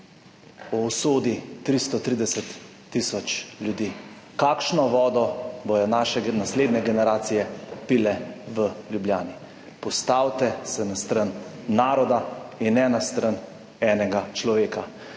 o usodi 330 tisoč ljudi, kakšno vodo bodo naše naslednje generacije pile v Ljubljani. Postavite se na stran naroda in ne na stran enega človeka.